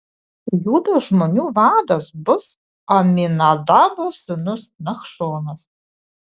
judo žmonių vadas bus aminadabo sūnus nachšonas